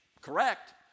correct